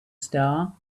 star